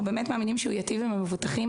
אנחנו באמת מאמינים שהוא ייטיב עם המבוטחים.